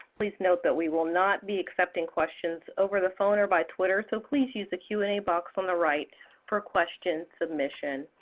please note that we will not be accepting questions over the phone or by twitter, so please use the q and a box on the right for question submission.